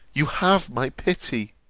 you have my pity!